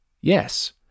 Yes